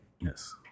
yes